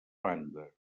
banda